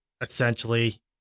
essentially